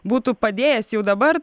būtų padėjęs jau dabar